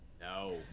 No